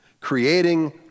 creating